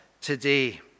today